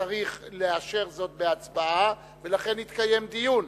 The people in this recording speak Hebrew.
צריך לאשר זאת בהצבעה, ולכן יתקיים דיון.